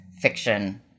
fiction